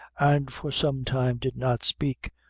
and for some time did not speak,